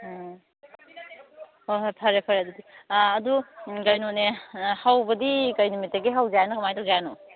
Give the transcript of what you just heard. ꯑꯣ ꯍꯣꯏ ꯍꯣꯏ ꯐꯔꯦ ꯐꯔꯦ ꯑꯗꯨꯗꯤ ꯑꯗꯨ ꯀꯩꯅꯣꯅꯦ ꯍꯧꯕꯗꯤ ꯀꯔꯤ ꯅꯨꯃꯤꯠꯇꯒꯤ ꯍꯪꯁꯤ ꯍꯥꯏꯔꯤꯅꯣ ꯀꯃꯥꯏꯅ ꯇꯧꯁꯤ ꯍꯥꯏꯔꯤꯅꯣ